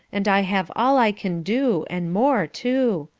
and i have all i can do and more too.